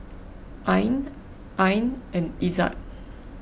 Ain Ain and Izzat